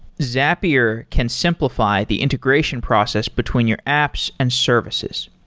zapier can simplify the integration process between your apps and services.